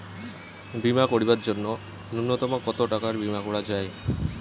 বীমা করিবার জন্য নূন্যতম কতো টাকার বীমা করা যায়?